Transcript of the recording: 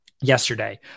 yesterday